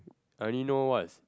I already know what is